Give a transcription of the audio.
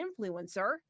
influencer